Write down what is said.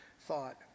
thought